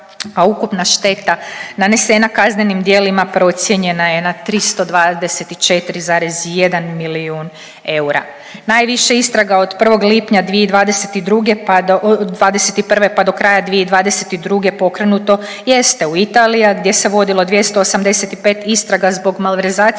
a ukupna šteta nanesena kaznenim djelima procijenjena je na 324,1 milijun eura. Najviše istraga od 1. lipnja 2022., '21. pa do kraja 2022. pokrenuto jeste u Italiji, a gdje se vodilo 285 istraga zbog malverzacija